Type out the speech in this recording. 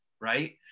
right